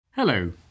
Hello